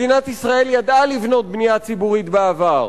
מדינת ישראל ידעה לבנות בנייה ציבורית בעבר.